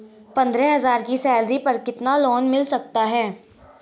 पंद्रह हज़ार की सैलरी पर कितना लोन मिल सकता है?